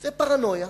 זה פרנויה.